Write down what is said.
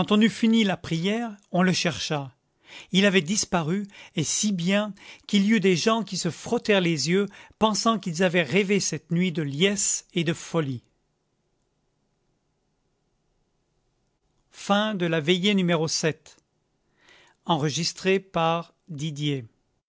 fini la prière on le chercha il avait disparu et si bien qu'il y eût des gens qui se frottèrent les yeux pensant qu'ils avaient rêvé cette nuit de liesse et de folie huitième veillée